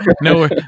no